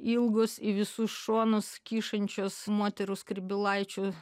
ilgus į visus šonus kyšančios moterų skrybėlaičių